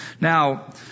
Now